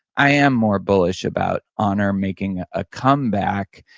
i am more bullish about honor making a comeback.